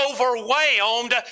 overwhelmed